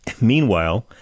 Meanwhile